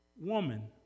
woman